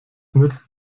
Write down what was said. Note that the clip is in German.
nützt